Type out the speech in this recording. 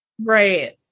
Right